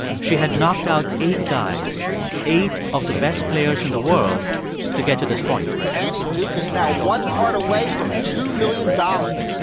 she had knocked out eight guys eight of the best players in the world to get to this point annie duke is now one card away from two dollars